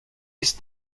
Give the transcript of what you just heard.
ist